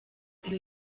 iyo